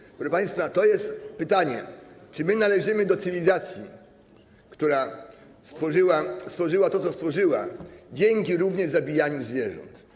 Tak że, proszę państwa, to jest pytanie, czy my należymy do cywilizacji, która stworzyła to, co stworzyła dzięki również zabijaniu zwierząt.